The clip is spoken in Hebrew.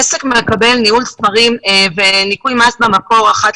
עסק מקבל מרשות המסים ניהול ספרים וניכוי מס במקור אחת